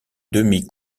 demi